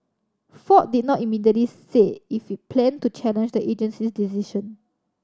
Ford did not immediately say if it planned to challenge the agency's decision